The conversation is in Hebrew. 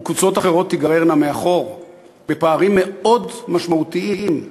וקבוצות אחרות תיגררנה מאחור בפערים משמעותיים מאוד,